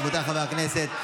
רבותיי חברי הכנסת,